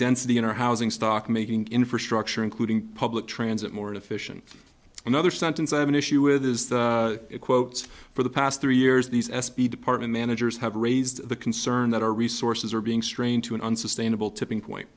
density in our housing stock making infrastructure including public transit more efficient another sentence i have an issue with is the quotes for the past three years these s b department managers have raised the concern that our resources are being strained to an unsustainable tipping point